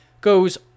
goes